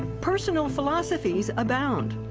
personal philosophies abound.